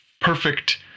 perfect